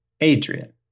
Adrian